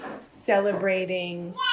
Celebrating